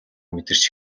мэдэрч